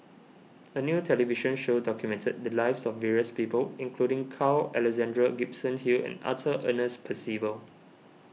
a new television show documented the lives of various people including Carl Alexander Gibson Hill and Arthur Ernest Percival